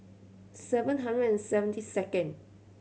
seven hundred and seventy second